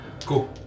Cool